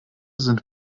sind